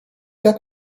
jak